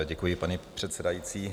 Děkuji, paní předsedající.